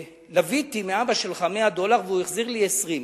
הלוויתי לאבא שלך 100 דולר והוא החזיר לי 20,